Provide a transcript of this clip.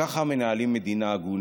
ככה מנהלים מדינה הגונה.